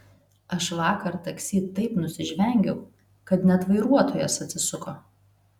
aš vakar taksi taip nusižvengiau kad net vairuotojas atsisuko